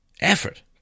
effort